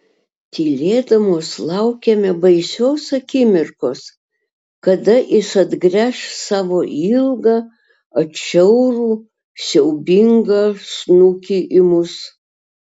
tylėdamos laukėme baisios akimirkos kada jis atgręš savo ilgą atšiaurų siaubingą snukį į mus